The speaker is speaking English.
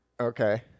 Okay